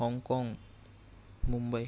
हाँगकाँग मुंबई